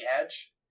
edge